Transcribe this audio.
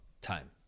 time